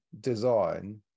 design